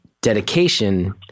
dedication